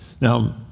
Now